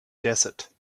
desert